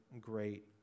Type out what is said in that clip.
great